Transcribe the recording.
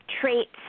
traits